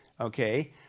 okay